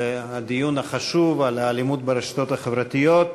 הדיון החשוב על האלימות ברשתות החברתיות.